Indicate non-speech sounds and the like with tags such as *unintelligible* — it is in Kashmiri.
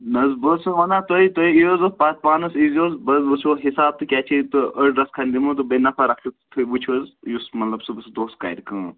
نہٕ حظ بہٕ حظ *unintelligible* وَنان تۄہہِ تُہۍ *unintelligible* پتہٕ پانَس ییٖزِہُس بہٕ حظ وٕچھو حِساب تہٕ کیٛاہ چھِ ییٚتہِ تہٕ *unintelligible* بیٚیہِ نفر اکھ وٕچھ حظ یُس مطلب صُبحس دۄہس کرِ کٲم